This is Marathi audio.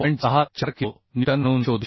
64 किलो न्यूटन म्हणून शोधू शकतो